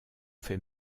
fait